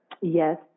Yes